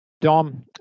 Dom